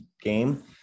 game